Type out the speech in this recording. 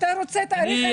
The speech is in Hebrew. אתה רוצה תאריך.